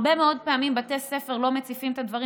הרבה מאוד פעמים בתי ספר לא מציפים את הדברים.